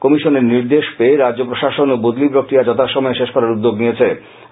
কমিশনের নির্দেশ পেয়ে রাজ্য প্রশাসন ও বদলি প্রক্রিয়া যথাসময়ে শেষ করার উদ্যোগ নিয়েছে